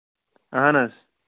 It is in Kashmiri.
اَہَن حظ